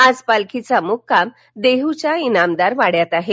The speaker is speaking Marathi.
आज पालखीचा मुक्काम देहुच्या इनामदार वाड्यात आहे